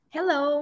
Hello